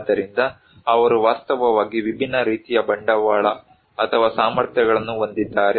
ಆದ್ದರಿಂದ ಅವರು ವಾಸ್ತವವಾಗಿ ವಿಭಿನ್ನ ರೀತಿಯ ಬಂಡವಾಳ ಅಥವಾ ಸಾಮರ್ಥ್ಯಗಳನ್ನು ಹೊಂದಿದ್ದಾರೆ